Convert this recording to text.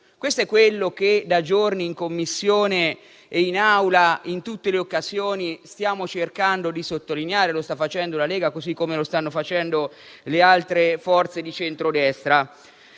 Questo è quello che da giorni in Commissione, in Aula e in tutte le occasioni stiamo cercando di sottolineare: lo sta facendo la Lega così come lo stanno facendo le altre forze di centrodestra.